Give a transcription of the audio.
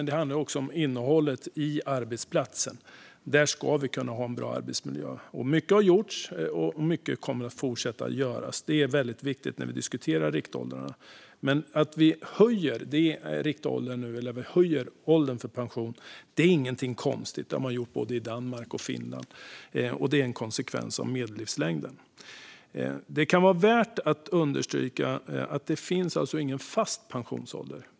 Det handlar också om innehållet i arbetsplatsen. Där ska vi kunna ha en bra arbetsmiljö. Mycket har gjorts, och mycket kommer man att fortsätta att göra. Det är väldigt viktigt när man diskuterar riktåldrarna. Att vi nu höjer riktåldern, eller åldern för pension, är ingenting konstigt. Det har man gjort både i Danmark och i Finland. Det är en konsekvens av medellivslängden. Det kan vara värt att understryka att det inte finns någon fast pensionsålder.